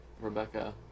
Rebecca